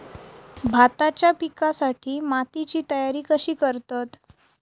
भाताच्या पिकासाठी मातीची तयारी कशी करतत?